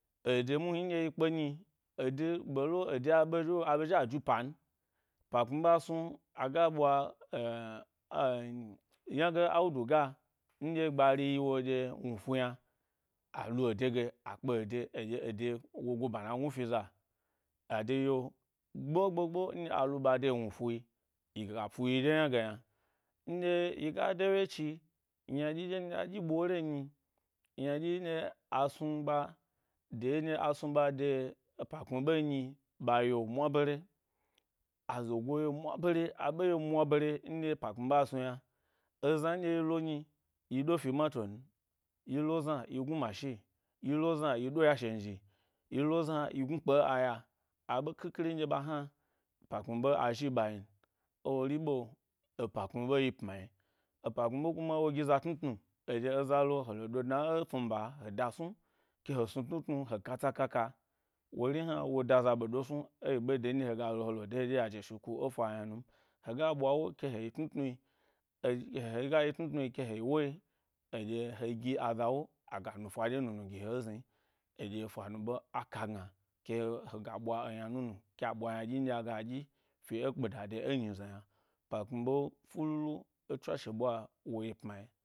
Ede muhni ndye kpe nyi, ede, bdo ede ba zhi’o, a be zhi a ju pan, pa kpmi ɓe a snu aga ɓwa ynage, nwuduga ndye gbari yi wo dye lnufu yna alu ede ge, a kpe ede dye wo go bana gnu fi za ade yi’o gbo gbo gbo nɗye alu ɓa, de wnutu yi ga ku yi ɗye yna ge yna. Ndye yiga de wye chi ynaɗyi nɗye a snu ɓa, de nɗye a snuɓa de epa pmi ɓe nyi ɓa yi’o-mwa bare, a zogo yi’o mwa bare, a ɓe yi’o mwa bare ndye ‘pakpmi ɓe a snu yna. Ezna ndye yi lo nyi-yi do fi maton yi lozna yi gnu mashi yi lo zna yi do ‘ya shenzhi, yi lo zna yi gnu kpe ayya aɓe mi ɓe a zhi ɓa n. Ewori ɓe, epa kpmi ɓe yip ma. Epa ‘kpmi ɓe kuma wo wo gi a tnutnu dwa ẻ fnumba he da snu ke he snu tnu tnu heka tsa kaka, wori hna wo da za ɓado snu eyi ɓe de ndye hega lo he le de dye yaje shi ku fa yna num. hega ɓwa ke he yi tnu tnu yi e hega yi tnutnu ke he yi woyi edye he gi aza’wo aga nufa dye nunu gi he’zni eɗye aga ɗyi fi e kpeda de enyi ze yna ‘pa kpmi ɓe fululu e tswashe ɓwa wo yip ma.